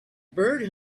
bird